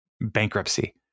bankruptcy